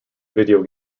video